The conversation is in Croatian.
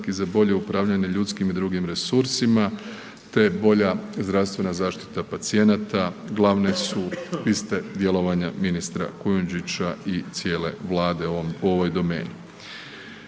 za bolje upravljanje ljudskim i drugim resursima te bolja zdravstvena zaštita pacijenata glavne su piste djelovanje ministra Kujundžića i cijele Vlade u ovoj domeni.